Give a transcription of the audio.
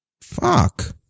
Fuck